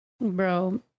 bro